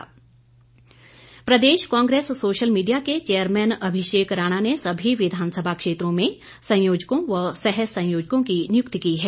नियुक्ति प्रदेश Congress social media के चेयरमैन अभिषेक राणा ने सभी विधानसभा क्षेत्रों में संयोजकों व सह संयोजकों की नियुक्ति की है